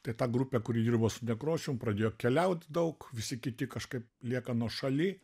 tai ta grupė kuri dirbo su nekrošium pradėjo keliaut daug visi kiti kažkaip lieka nuošaly